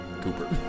Cooper